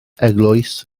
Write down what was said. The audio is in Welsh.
eglwys